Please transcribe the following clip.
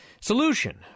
Solution